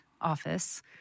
office